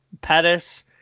Pettis